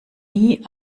nie